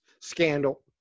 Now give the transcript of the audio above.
scandal